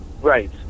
Right